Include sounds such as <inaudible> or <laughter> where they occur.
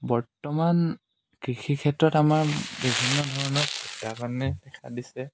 বৰ্তমান কৃষি ক্ষেত্ৰত আমাৰ বিভিন্ন ধৰণৰ <unintelligible> দেখা দিছে